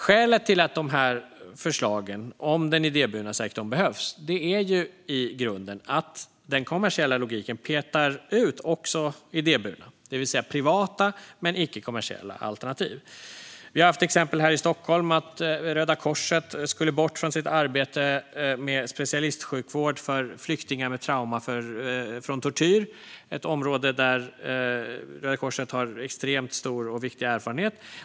Skälet till att förslagen om den idéburna sektorn behövs är i grunden att den kommersiella logiken petar ut också idéburna, det vill säga privata men icke-kommersiella, alternativ. Vi har haft exempel här i Stockholm. Röda Korset skulle bort från sitt arbete med specialistsjukvård för flyktingar med trauma från tortyr. Det är ett område där Röda Korset har extremt stor och viktig erfarenhet.